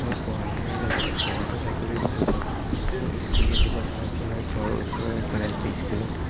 মই পঢ়া শুনাৰ লগতে খেলা ধূলা কৰিও ভাল পাওঁ মোৰ স্কুলীয়া জীৱন আৰম্ভ হয় ঘৰৰ ওচৰৰ এখন এল পি স্কুলত